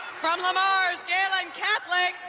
from lemars gahlen catholic,